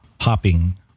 hopping